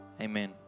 Amen